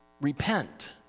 repent